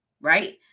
right